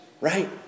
right